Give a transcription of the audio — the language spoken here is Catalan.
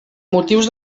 motius